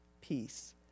peace